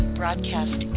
broadcast